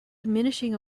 diminishing